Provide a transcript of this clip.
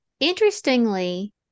Interestingly